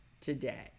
today